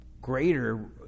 greater